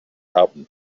happen